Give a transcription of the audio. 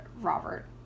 Robert